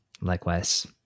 Likewise